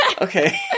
okay